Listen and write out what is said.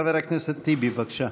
חבר הכנסת טיבי, בבקשה.